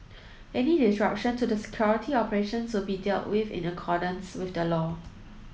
any disruption to the security operations will be dealt with in accordance with the law